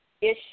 issue